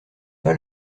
pas